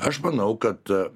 aš manau kad